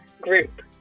group